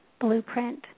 blueprint